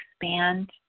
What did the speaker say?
expand